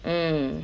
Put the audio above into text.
mm